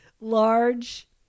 large